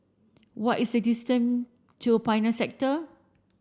what is the distance to Pioneer Sector